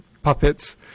Puppets